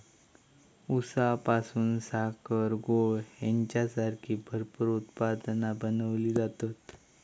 ऊसापासून साखर, गूळ हेंच्यासारखी भरपूर उत्पादना बनवली जातत